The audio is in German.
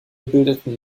bildeten